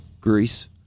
Greece